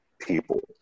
people